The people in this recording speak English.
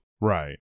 Right